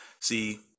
See